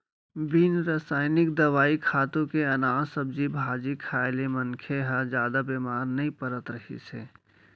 बिन रसइनिक दवई, खातू के अनाज, सब्जी भाजी खाए ले मनखे ह जादा बेमार नइ परत रहिस हे